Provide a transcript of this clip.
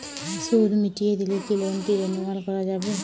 সুদ মিটিয়ে দিলে কি লোনটি রেনুয়াল করাযাবে?